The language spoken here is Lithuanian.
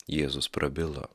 jėzus prabilo